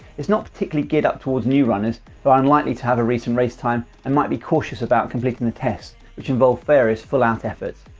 it's not particularly geared up towards new runners, who are unlikely to have a recent race time and might be cautious about completing the tests which involve various full out efforts.